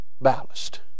ballast